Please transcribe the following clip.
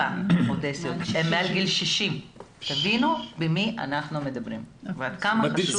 הם מעל גיל 60. תבינו במי אנחנו מדברים ועד מה חשוב לעזור להם.